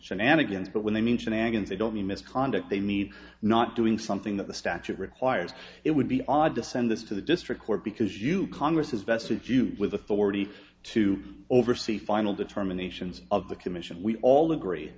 shenanigans but when they mean shenanigans i don't mean misconduct they need not doing something that the statute requires it would be odd to send this to the district court because you congress is best to do it with authority to oversee final determinations of the commission we all agree